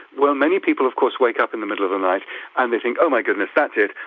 well, many people of course wake up in the middle of the night and they think, oh my goodness, that's it,